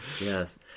Yes